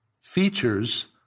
features